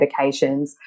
medications